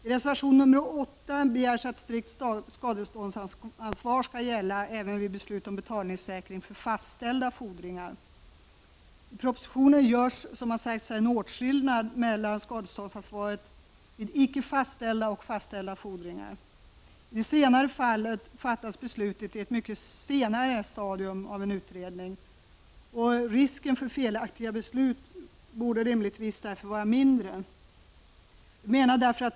I reservation 8 begärs att strikt skadeståndsansvar skall gälla även vid beslut om betalningssäkring för fastställda fordringar. I propositionen görs, som här har sagts, en åtskillnad mellan skadeståndsansvaret vid icke fastställda och vid fastställda fordringar. I det senare fallet fattas beslutet i ett mycket senare stadium av en utredning, och risken för felaktiga beslut borde därför vara mindre.